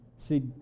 see